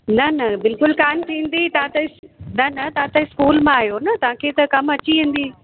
न न बिल्कुलु कोन्ह थींदी तव्हां त न न तव्हां त स्कूल मां आयो न तव्हांखे त कम अची वेंदी